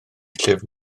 llyfr